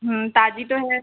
हाँ ताज़ी तो है